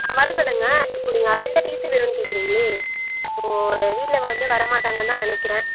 ஆ வர சொல்லுங்கள் இப்போ நீங்கள் அர்ஜெண்ட்டாக டீசி வேணும்னு கேட்குறீங்களே இப்போது ஒரு வீட்டில் வந்து வரமாட்டாங்கன்னு தான் நினக்கிறன்